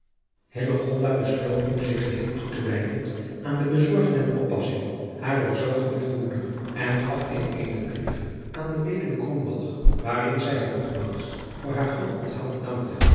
besloot nu zich geheel toe te wijden aan de bezorging en oppassing harer zoo geliefde moeder en gaf in eenen brief aan de wed krombalg waarin zij haar nogmaals voor haar gul onthaal bedankte